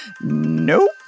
nope